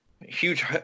huge